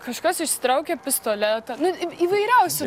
kažkas išsitraukė pistoletą nu įvairiausių